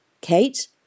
Kate